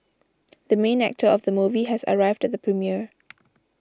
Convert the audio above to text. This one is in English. the main actor of the movie has arrived the premiere